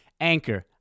Anchor